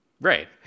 Right